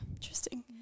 Interesting